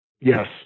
Yes